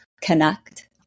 connect